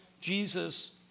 Jesus